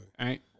right